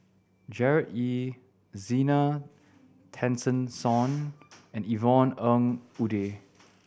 Gerard Ee Zena Tessensohn and Yvonne Ng Uhde